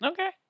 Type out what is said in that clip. Okay